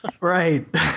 Right